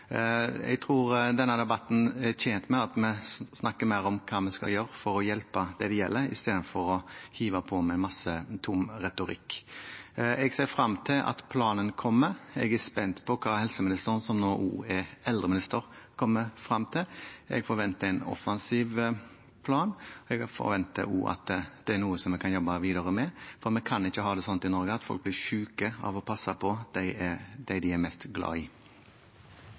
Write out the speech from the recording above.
debatten er tjent med at vi snakker mer om hva vi skal gjøre for å hjelpe dem det gjelder, istedenfor å hive på med masse tom retorikk. Jeg ser frem til at planen kommer. Jeg er spent på hva helseministeren, som nå også er eldreminister, kommer frem til. Jeg forventer en offensiv plan, og jeg forventer også at det er noe vi kan jobbe videre med, for vi kan ikke ha det slik i Norge at folk blir syke av å passe på dem de er mest glad i.